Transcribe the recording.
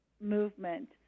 movement